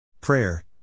Prayer